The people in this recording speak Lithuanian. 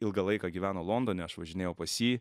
ilgą laiką gyveno londone aš važinėjau pas jį